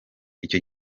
icyo